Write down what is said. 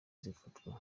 zifatwa